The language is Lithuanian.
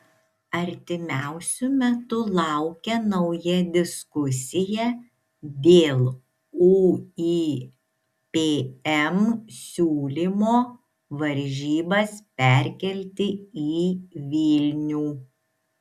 artimiausiu metu laukia nauja diskusija dėl uipm siūlymo varžybas perkelti į vilnių